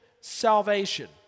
salvation